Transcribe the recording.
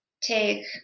take